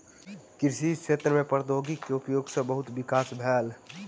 कृषि क्षेत्र में प्रौद्योगिकी के उपयोग सॅ बहुत विकास भेल